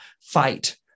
fight